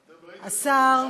השר,